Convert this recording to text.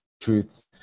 truths